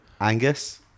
Angus